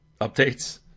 updates